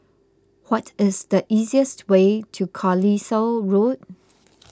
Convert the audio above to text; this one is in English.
what is the easiest way to Carlisle Road